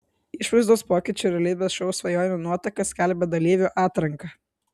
išvaizdos pokyčių realybės šou svajonių nuotaka skelbia dalyvių atranką